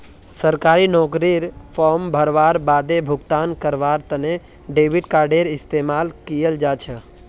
सरकारी नौकरीर फॉर्म भरवार बादे भुगतान करवार तने डेबिट कार्डडेर इस्तेमाल कियाल जा छ